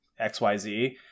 XYZ